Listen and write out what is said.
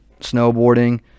snowboarding